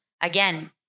Again